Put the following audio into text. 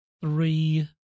three